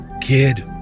Kid